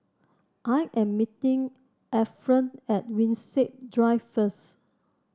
I am meeting Ephram at Winstedt Drive first